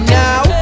now